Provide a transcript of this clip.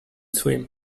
swim